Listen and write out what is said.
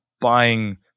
buying